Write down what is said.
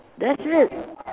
that's it